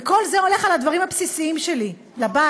וכל זה הולך על הדברים הבסיסיים שלי לבית,